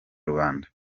rubanda